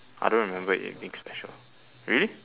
I don't remember anything special really